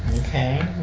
Okay